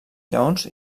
lleons